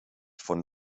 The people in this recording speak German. von